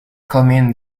commune